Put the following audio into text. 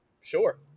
sure